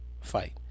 fight